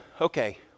okay